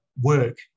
work